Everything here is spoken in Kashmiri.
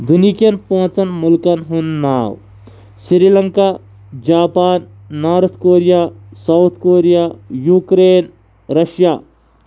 دُنیہِکٮ۪ن پانٛژَن مُلکَن ہُںٛد ناو Sri Lanka Japan North Korea South Korea Ukraine Russia